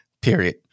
period